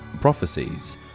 prophecies-